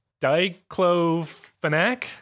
diclofenac